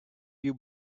you